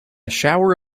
shower